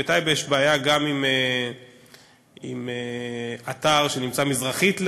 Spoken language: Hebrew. בטייבה יש בעיה גם עם אתר שנמצא מזרחית לעיר,